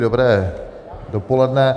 Dobré dopoledne.